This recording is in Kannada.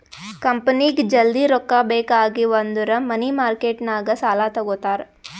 ಕಂಪನಿಗ್ ಜಲ್ದಿ ರೊಕ್ಕಾ ಬೇಕ್ ಆಗಿವ್ ಅಂದುರ್ ಮನಿ ಮಾರ್ಕೆಟ್ ನಾಗ್ ಸಾಲಾ ತಗೋತಾರ್